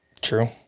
True